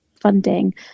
funding